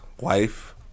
wife